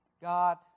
God